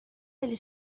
del